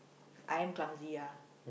I am clumsy ya